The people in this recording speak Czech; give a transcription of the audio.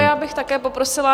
Já bych také poprosila.